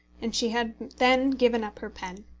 and she had then given up her pen.